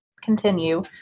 continue